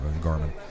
Garmin